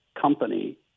company